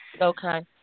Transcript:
Okay